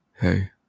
hey